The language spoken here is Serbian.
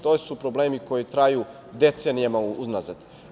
To su problemi koji traju decenijama unazad.